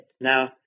Now